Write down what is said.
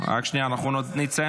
(תיקון מס'